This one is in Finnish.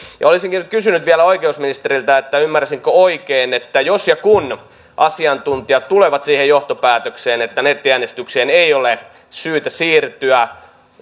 olisinkin nyt kysynyt vielä oikeusministeriltä ymmärsinkö oikein että jos ja kun asiantuntijat tulevat siihen johtopäätökseen että nettiäänestykseen ei ole syytä siirtyä